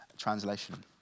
Translation